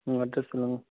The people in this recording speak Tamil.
உங்கள் அட்ரஸ் சொல்லுங்கள்